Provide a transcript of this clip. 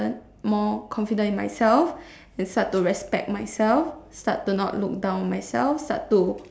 more confident in myself and start to respect myself start to not look down on myself start to